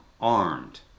armed